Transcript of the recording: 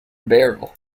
barrel